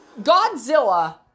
Godzilla